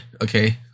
okay